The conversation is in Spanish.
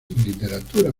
literatura